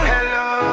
Hello